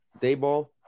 Dayball